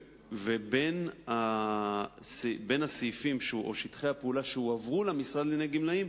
בין הסעיפים או שטחי הפעולה שהועברו למשרד לענייני גמלאים,